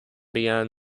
began